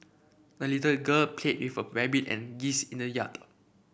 the little a girl played with her rabbit and geese in the yard